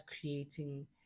creating